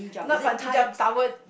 not bungee jump tower